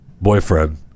boyfriend